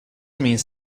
means